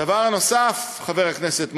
הדבר הנוסף, חבר הכנסת מוזס,